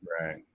Right